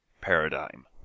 paradigm